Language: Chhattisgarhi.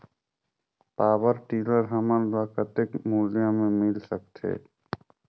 पावरटीलर हमन ल कतेक मूल्य मे मिल सकथे?